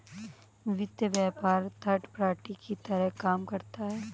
वित्त व्यापार third party की तरह काम करता है